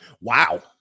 Wow